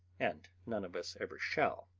and none of us ever shall.